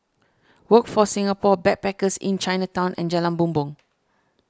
Workforce Singapore Backpackers Inn Chinatown and Jalan Bumbong